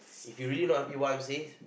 if you really not happy what I'm say